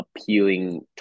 appealing